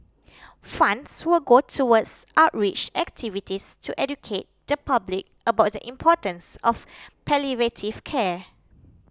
funds will go towards outreach activities to educate the public about the importance of palliative care